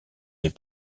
les